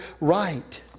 right